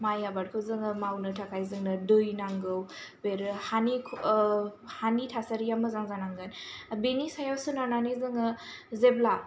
माइ आबादखौ जोङो मावनो थाखाय जोंनो दै नांगौ बेरो हानि हानि थासारिया मोजां जानांगोन बेनि सायाव सोनारनानै जोङो जेब्ला